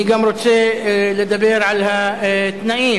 אני רוצה גם לדבר על התנאים.